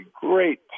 great